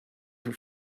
for